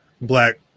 black